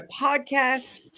podcast